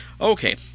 Okay